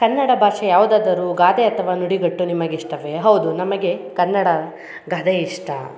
ಕನ್ನಡ ಭಾಷೆ ಯಾವುದಾದರೂ ಗಾದೆ ಅಥವಾ ನುಡಿಗಟ್ಟು ನಿಮಗೆ ಇಷ್ಟವೇ ಹೌದು ನಮಗೆ ಕನ್ನಡ ಗಾದೆ ಇಷ್ಟ